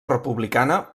republicana